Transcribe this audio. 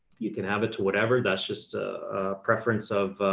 you can have it to whatever. that's just a preference of